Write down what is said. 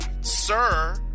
sir